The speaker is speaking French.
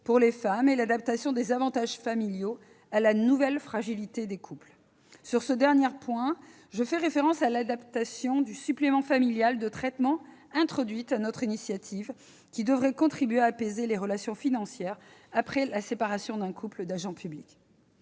pour les femmes et adapter les avantages familiaux à la nouvelle fragilité des couples. Sur ce dernier point, je fais référence à l'adaptation du supplément familial de traitement, introduite sur notre initiative, qui devrait contribuer à apaiser les relations financières après la séparation d'un couple d'agents publics.